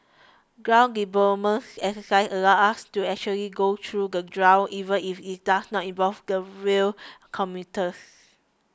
ground deployments exercises allow us to actually go through the drill even if it does not involve the rail commuters